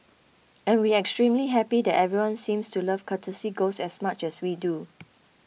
and we extremely happy that everyone seems to love Courtesy Ghost as much as we do